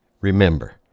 Remember